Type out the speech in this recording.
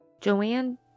Joanne